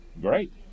great